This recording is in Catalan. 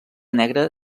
negre